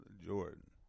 Jordan